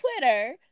Twitter